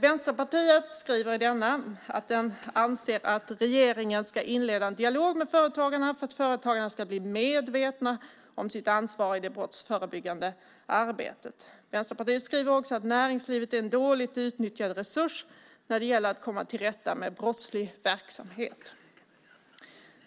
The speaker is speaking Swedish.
Vänsterpartiet skriver i denna att man anser att regeringen ska inleda en dialog med företagarna för att företagarna ska bli medvetna om sitt ansvar i det brottsförebyggande arbetet. Vänsterpartiet skriver också att näringslivet är en dåligt utnyttjad resurs när det gäller att komma till rätta med brottslig verksamhet.